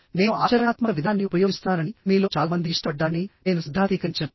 నేను ఆచరణాత్మక విధానాన్ని ఉపయోగిస్తున్నానని మీలో చాలా మంది ఇష్టపడ్డారని నేను సిద్ధాంతీకరించను